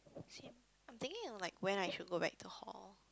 same I'm thinking of like when I should go back to hall